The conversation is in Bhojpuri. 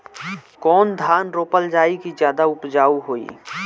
कौन धान रोपल जाई कि ज्यादा उपजाव होई?